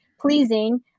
pleasing